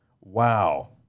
Wow